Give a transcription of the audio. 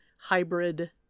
hybrid